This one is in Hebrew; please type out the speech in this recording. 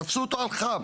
תפסו אותו על חם.